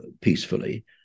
peacefully